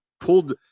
pulled